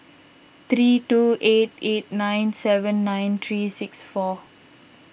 three two eight eight nine seven nine three six four